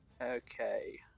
Okay